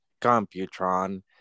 computron